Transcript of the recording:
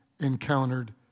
encountered